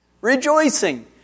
Rejoicing